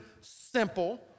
simple